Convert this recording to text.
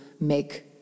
make